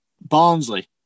Barnsley